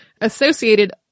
associated